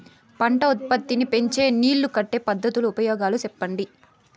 పంట ఉత్పత్తి నీ పెంచే నీళ్లు కట్టే పద్ధతుల ఉపయోగాలు చెప్పండి?